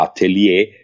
atelier